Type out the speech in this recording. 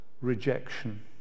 rejection